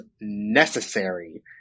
necessary